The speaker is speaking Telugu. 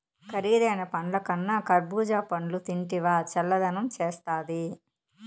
కరీదైన పండ్లకన్నా కర్బూజా పండ్లు తింటివా చల్లదనం చేస్తాది